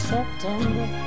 September